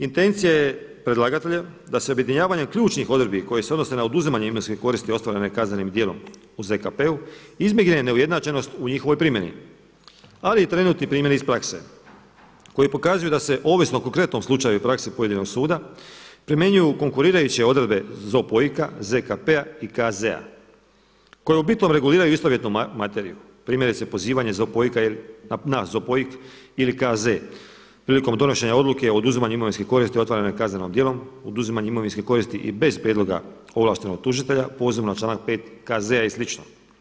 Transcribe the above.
Intencija je predlagatelja da se objedinjavanjem ključnih odredbi koje se odnose na oduzimanje imovinske koristi ostvarene kaznenim djelom u ZKP-u izbjegne neujednačenost u njihovoj primjeni, ali i trenutni primjer iz prakse koji pokazuje da se ovisno o konkretnom slučaju i praksi pojedinog suda primjenjuju konkurirajuće odredbe ZOPOIK-a, ZKP-a i KZ-a koje u bitnom reguliraju istovjetnu materiju primjerice pozivanje ZOPOIK-a, na ZOPOIK ili KZ prilikom donošenja odluke o oduzimanju imovinske koristi ostvarene kaznenim djelom, oduzimanje imovinske koristi i bez prijedloga ovlaštenog tužitelja pozivom na članak 5. KZ-a i slično.